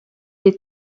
les